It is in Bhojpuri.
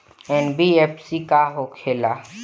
एन.बी.एफ.सी का होंखे ला?